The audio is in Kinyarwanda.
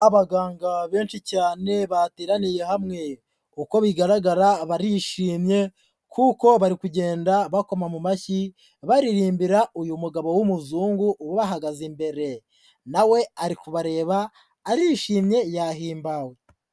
Abaganga benshi cyane bahateraniye hamwe, uko bigaragara barishimye kuko bari kugenda bakoma mu mashyi baririmbira uyu mugabo w'umuzungu ubahagaze imbere nawe ari kubareba arishimye yahimbawe.